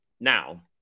Now